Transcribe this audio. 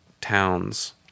towns